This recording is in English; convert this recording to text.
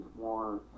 more